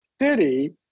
city